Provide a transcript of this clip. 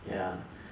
ya